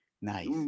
Nice